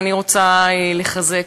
ואני רוצה לחזק.